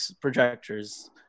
projectors